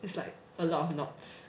it's like a lot of knots